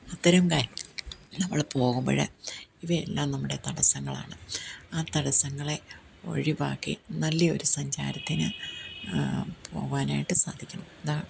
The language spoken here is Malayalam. അത്തരം കാ നമ്മൾ പോകുമ്പം ഇവയെല്ലാം നമ്മുടെ തടസ്സങ്ങളാണ് ആ തടസ്സങ്ങളെ ഒഴിവാക്കി നല്ല ഒരു സഞ്ചാരത്തിന് പോവാനായിട്ട് സാധിക്കണം ഇതാണ്